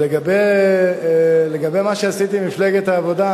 לגבי מה שעשיתי במפלגת העבודה,